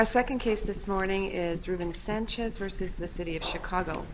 our second case this morning is ruben sanchez versus the city of chicago